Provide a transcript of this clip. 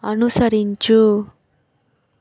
అనుసరించు